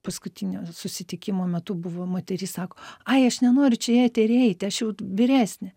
paskutinio susitikimo metu buvo moteris sako ai aš nenoriu čia į eterį eiti aš jau vyresnė